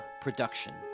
production